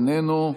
איננו,